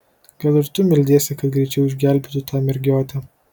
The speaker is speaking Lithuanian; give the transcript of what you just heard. gal ir tu meldiesi kad greičiau išgelbėtų tą mergiotę